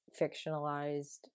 fictionalized